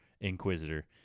Inquisitor